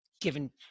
given